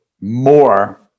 more